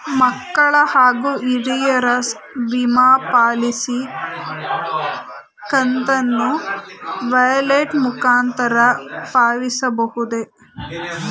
ಮಕ್ಕಳ ಹಾಗೂ ಹಿರಿಯರ ವಿಮಾ ಪಾಲಿಸಿ ಕಂತನ್ನು ವ್ಯಾಲೆಟ್ ಮುಖಾಂತರ ಪಾವತಿಸಬಹುದೇ?